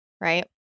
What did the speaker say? right